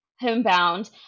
homebound